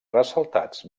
ressaltats